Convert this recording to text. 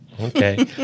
Okay